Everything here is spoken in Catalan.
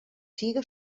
siga